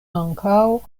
ankaŭ